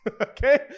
Okay